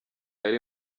ari